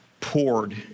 poured